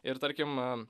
ir tarkim